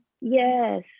Yes